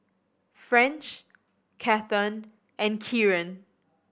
French Cathern and Kieran